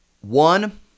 one